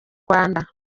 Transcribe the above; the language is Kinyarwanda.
rwanda